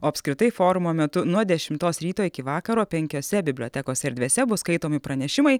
o apskritai forumo metu nuo dešimtos ryto iki vakaro penkiose bibliotekos erdvėse bus skaitomi pranešimai